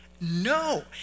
No